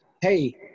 hey